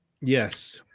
yes